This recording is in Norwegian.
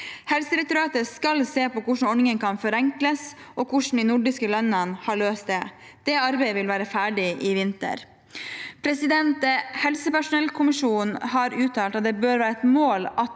Helsedirektoratet skal se på hvordan ordningene kan forenkles, og hvordan de nordiske landene har løst det. Det arbeidet vil være ferdig til vinteren. Helsepersonellkommisjonen har uttalt at det bør være et mål at